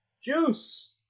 Juice